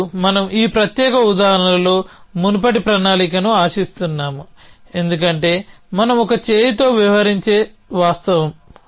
మరియు మనం ఈ ప్రత్యేక ఉదాహరణలో మునుపటి ప్రణాళికను ఆశిస్తున్నాము ఎందుకంటే మనం ఒక చేయితో వ్యవహరించే వాస్తవం